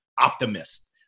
optimist